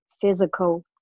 physical